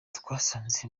twasanze